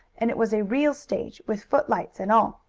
and it was a real stage, with footlights and all,